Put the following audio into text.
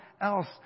else